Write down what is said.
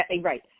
Right